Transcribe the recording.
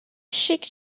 sheikh